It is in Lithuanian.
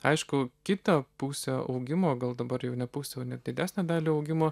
aišku kitą pusę augimo gal dabar jau ne pusę o net didesnę dalį augimo